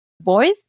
boys